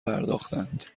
پرداختند